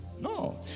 no